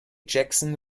jackson